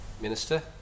Minister